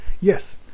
yes